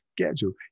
Schedule